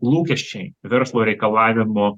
lūkesčiai verslo reikalavimų